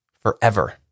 forever